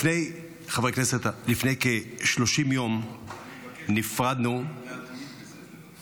לפני כ-30 יום -- אני מבקש להתמיד בזה.